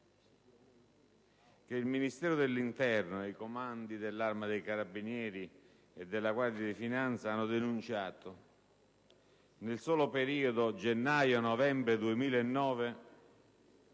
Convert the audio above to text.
che: «Il Ministero dell'Interno, i Comandi generali dell'Arma dei Carabinieri e della Guardia di Finanza hanno denunciato nel solo periodo gennaio-novembre 2009